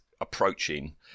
approaching